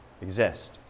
exist